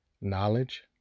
knowledge